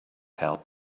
help